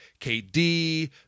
KD